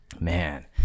Man